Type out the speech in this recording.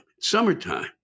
summertime